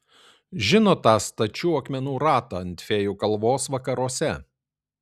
žinot tą stačių akmenų ratą ant fėjų kalvos vakaruose